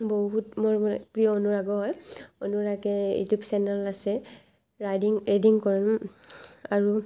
বহুত মোৰ মানে প্ৰিয় অনুৰাগো হয় অনুৰাগে ইউটিউব চেনেলত আছে ৰাইডিং ৰাইডিং কৰে আৰু